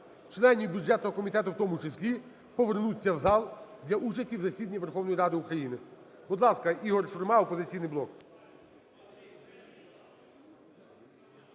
членів бюджетного комітету в тому числі повернутися в зал для участі в засіданні Верховної Ради України. Будь ласка, Ігор Шурма,